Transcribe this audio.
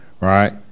right